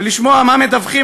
ולשמוע מה מדווחים,